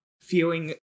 feeling